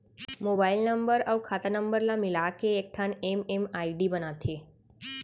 mobile number अउ खाता नंबर ल मिलाके एकठन एम.एम.आई.डी बनाथे